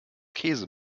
käse